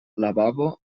lavabo